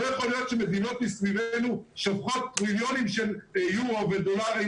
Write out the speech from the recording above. לא יכול להיות שמדינות מסביבנו שופכות מיליונים של יורו ודולרים,